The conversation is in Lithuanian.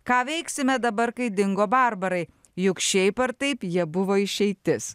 ką veiksime dabar kai dingo barbarai juk šiaip ar taip jie buvo išeitis